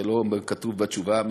זה לא כתוב בתשובה המקורית,